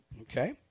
Okay